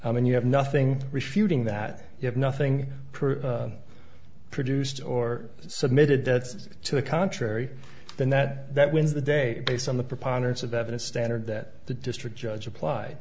and you have nothing refuting that you have nothing produced or submitted to the contrary than that that wins the day based on the preponderance of evidence standard that the district judge appl